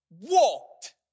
walked